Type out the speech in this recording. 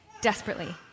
desperately